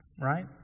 Right